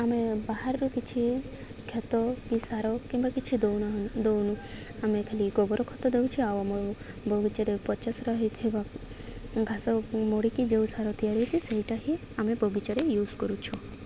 ଆମେ ବାହାରର କିଛି ଖତ କି ସାର କିମ୍ବା କିଛି ଦଉନା ଦଉନୁ ଆମେ ଖାଲି ଗୋବର ଖତ ଦଉଛୁ ଆଉ ଆମ ବଗିଚାରେ ପଚାସଢ଼ା ହେଇଥିବା ଘାସ ମୋଡ଼ିକି ଯେଉଁ ସାର ତିଆରି ହେଇଛି ସେଇଟା ହିଁ ଆମେ ବଗିଚାରେ ୟୁଜ୍ କରୁଛୁ